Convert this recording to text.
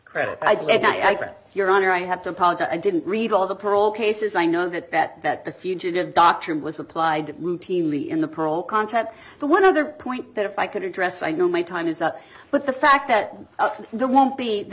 credit for it your honor i have to apologize i didn't read all the parole cases i know that that that the fugitive doctrine was applied routinely in the parole context but one other point that if i could address i know my time is up but the fact that there won't be the